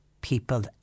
People